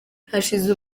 hashize